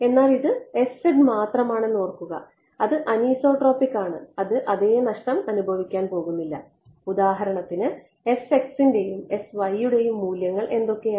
എന്നാൽ ഇത് മാത്രമാണെന്നത് ഓർക്കുക അത് അനിസോട്രോപിക് ആണ് അത് അതേ നഷ്ടം അനുഭവിക്കാൻ പോകുന്നില്ല ഉദാഹരണത്തിന് ൻറെയും യുടെയും മൂല്യങ്ങൾ എന്തൊക്കെയാണ്